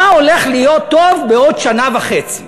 מה הולך להיות טוב בעוד שנה וחצי,